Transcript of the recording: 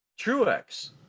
Truex